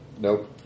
Nope